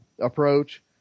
approach